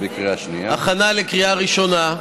הכנה לקריאה ראשונה,